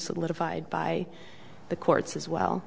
solidified by the courts as well